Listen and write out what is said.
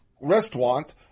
restaurant